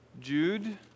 Jude